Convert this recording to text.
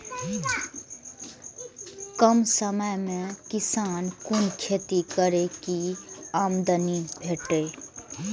कम समय में किसान कुन खैती करै की आमदनी बढ़े?